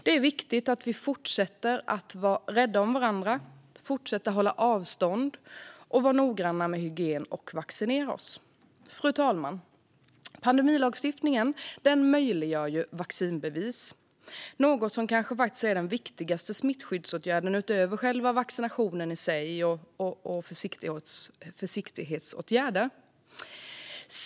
Det är viktigt att vi fortsätter vara rädda om varandra, hålla avstånd, vara noggranna med hygien och vaccinera oss. Fru talman! Pandemilagstiftningen möjliggör vaccinbevis, något som kanske är den viktigaste smittskyddsåtgärden utöver vaccinationerna i sig och försiktighetsåtgärder.